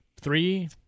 Three